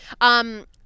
Um-